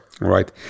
right